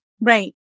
Right